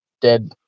dead